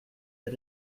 det